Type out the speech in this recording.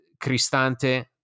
Cristante